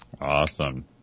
Awesome